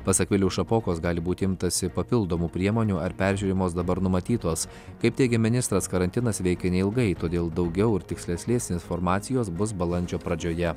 pasak viliaus šapokos gali būti imtasi papildomų priemonių ar peržiūrimos dabar numatytos kaip teigė ministras karantinas veikia neilgai todėl daugiau ir tikslesnės informacijos bus balandžio pradžioje